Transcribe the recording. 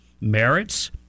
merits